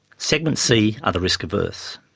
segment c are the risk averse.